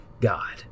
God